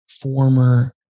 former